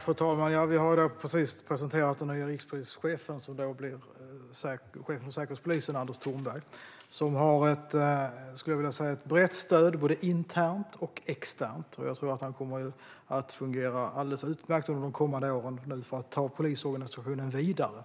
Fru talman! Regeringen har precis presenterat den nye rikspolischefen, nämligen chefen för Säkerhetspolisen Anders Thornberg. Han har ett brett stöd både internt och externt, och jag tror att han kommer att fungera alldeles utmärkt under de kommande åren för att ta polisorganisationen vidare.